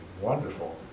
wonderful